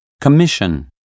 Commission